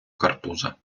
картуза